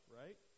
right